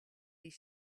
his